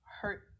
hurt